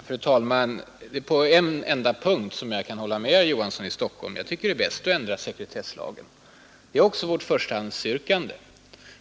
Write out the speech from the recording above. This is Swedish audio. Fru talman! På en enda punkt kan jag hålla med herr Johansson i Frollhättan: jag tycker det är t att ändra sekretesslagen. Det är också vårt förstahandsyrkande.